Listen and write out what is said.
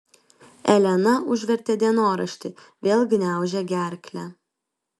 elena užvertė dienoraštį vėl gniaužė gerklę